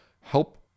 help